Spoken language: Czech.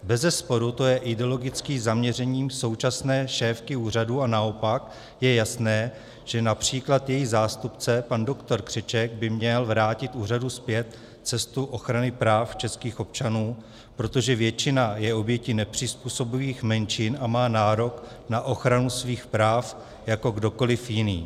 Bezesporu to je ideologickým zaměřením současné šéfky úřadu, a naopak je jasné, že například její zástupce pan doktor Křeček by měl vrátit úřadu zpět cestu ochrany práv českých občanů, protože většina je obětí nepřizpůsobivých menšin a má nárok na ochranu svých práv jako kdokoli jiný.